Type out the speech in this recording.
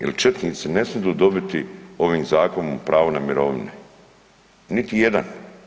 Jer četnici ne smiju dobiti ovim zakonom pravo na mirovine, niti jedan.